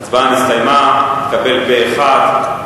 ההצבעה נסתיימה, התקבל פה-אחד.